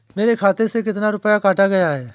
मेरे खाते से कितना रुपया काटा गया है?